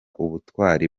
ubutwari